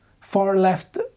far-left